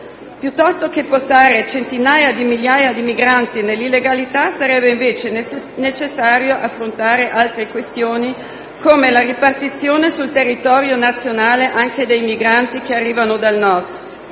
Piuttosto che portare centinaia di migliaia di migranti nell'illegalità, sarebbe invece necessario affrontare altre questioni, come la ripartizione sul territorio nazionale anche dei migranti che arrivano dal Nord.